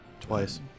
Twice